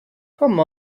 come